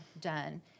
done